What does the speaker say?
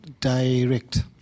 direct